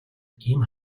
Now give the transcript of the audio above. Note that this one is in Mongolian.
ийм